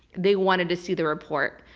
they wanted to see the report.